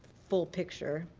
full picture.